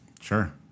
Sure